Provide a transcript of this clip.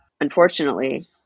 unfortunately